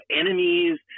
enemies